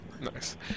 Nice